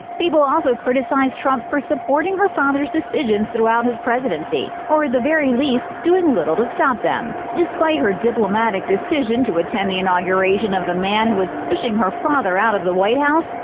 people also criticized trump for supporting her father's decisions throughout his presidency or at the very least, doing little to stop them. despite her diplomatic decision to attend the inauguration of the man who is pushing her father out of the white house,